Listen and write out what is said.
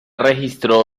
registró